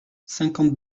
cinquante